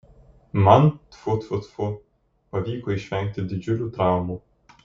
man tfu tfu tfu pavyko išvengti didžiulių traumų